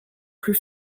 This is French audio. plus